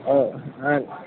ಓ ಹಾಂ